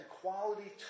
quality